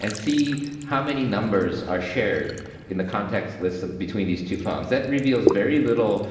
and see how many numbers are shared in the contacts lists between these two phones. that reveals very little